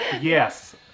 Yes